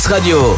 Radio